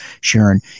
Sharon